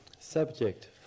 subject